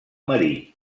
marí